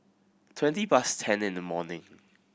twenty past ten in the morning